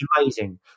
amazing